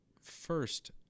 first